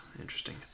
Interesting